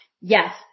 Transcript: Yes